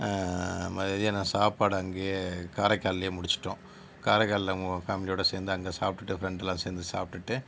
மதியான சாப்பாடு அங்கேயே காரைக்கால்லேயே முடிச்சுட்டோம் காரைக்காலில் ஃபேமலியோடு சேர்ந்து அங்கே சாப்பிட்டுட்டு ஃப்ரெண்டெல்லாம் சேர்ந்து சாப்பிட்டுட்டு